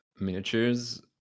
miniatures